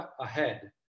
ahead